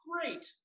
great